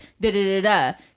da-da-da-da